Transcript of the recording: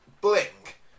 Blink